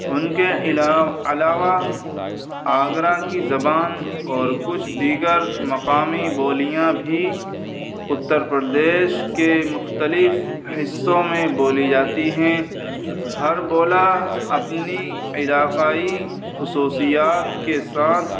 ان کے علاوہ آگرہ کی زبان اور کچھ دیگر مقامی بولیاں بھی اتر پردیش کے مختلف حصوں میں بولی جاتی ہیں ہر بولی اپنی علاقائی خصوصیات کے ساتھ